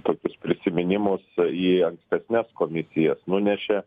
tokius prisiminimus į ankstesnes komisijas nunešė